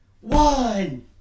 one